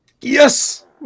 Yes